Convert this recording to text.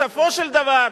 בסופו של דבר,